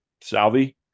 Salvi